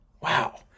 Wow